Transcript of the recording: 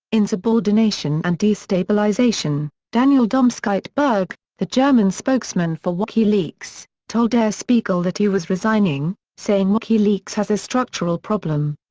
insubordination and destabilization, daniel domscheit-berg, the german spokesman for wikileaks, told der spiegel that he was resigning, saying wikileaks has a structural problem.